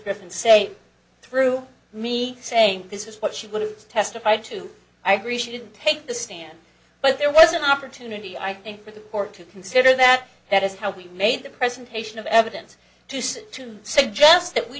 griffin say through me saying this is what she would have testified to i agree she didn't take the stand but there was an opportunity i think for the court to consider that that is how we made the presentation of evidence to say to suggest that we